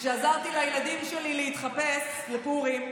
כשעזרתי לילדים שלי להתחפש לפורים,